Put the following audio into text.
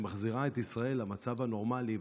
היא מחזירה את ישראל למצב הנורמלי.